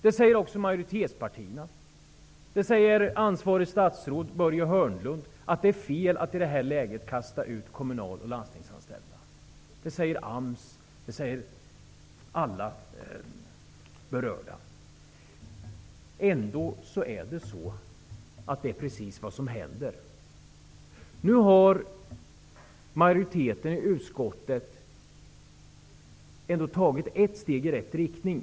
Det säger också majoritetspartierna. Ansvarige statsrådet Börje Hörnlund säger att det är fel att i det här läget kasta ut kommunal och landstingsanställda. Det säger AMS och alla andra berörda. Ändå är detta precis vad som händer. Nu har majoriteten i utskottet ändå tagit ett steg i rätt riktning.